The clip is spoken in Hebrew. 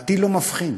הטיל לא מבחין,